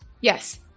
Yes